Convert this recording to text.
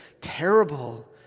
terrible